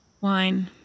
wine